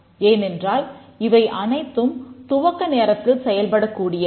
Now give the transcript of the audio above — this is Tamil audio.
ஏனென்றால் இவை அனைத்தும் துவக்க நேரத்தில் செயல்படக் கூடியவை